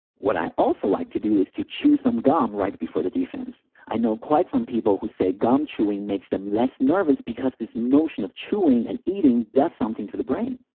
what i also like to do is to chew some gum right before the defense. i know quite some people who say gum chewing makes them less nervous because this motion of chewing and eating does something to the brain.